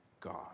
God